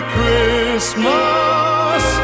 Christmas